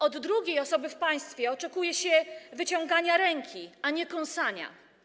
Od drugiej osoby w państwie oczekuje się wyciągania ręki, a nie kąsania.